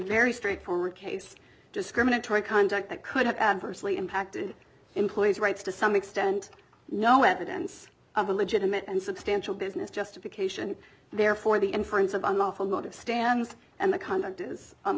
very straightforward case discriminatory contact that could have adversely impacted employees rights to some extent no evidence of a legitimate and substantial business justification therefore the inference of unlawful motive stands and the conduct is a